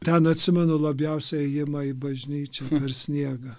ten atsimenu labiausiai ėjimą į bažnyčią per sniegą